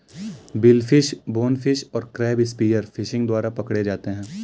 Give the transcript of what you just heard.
billfish, bonefish और crab spear fishing द्वारा पकड़े जाते हैं